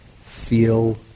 feel